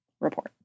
report